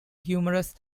humorous